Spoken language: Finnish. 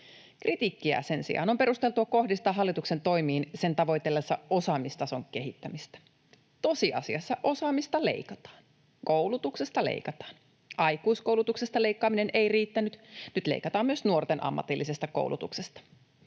Kritiikkiä sen sijaan on perusteltua kohdistaa hallituksen toimiin sen tavoitellessa osaamistason kehittämistä. Tosiasiassa osaamista leikataan: Koulutuksesta leikataan. Aikuiskoulutuksesta leikkaaminen ei riittänyt. Nyt leikataan myös nuorten ammatillisesta koulutuksesta.